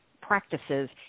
practices